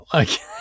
okay